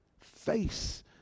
face